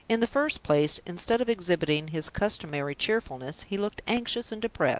in the first place, instead of exhibiting his customary cheerfulness, he looked anxious and depressed.